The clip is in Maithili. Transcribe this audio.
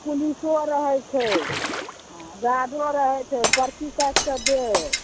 पुलिसो रहय छै आओर गार्डो रहय छै पर्ची काटि कऽ देत